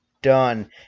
done